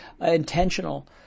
intentional